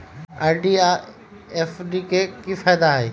RD आ FD के कि फायदा हई?